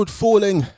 falling